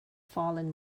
fallen